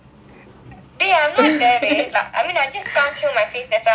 I not there like I mean I just come show my face I not dancing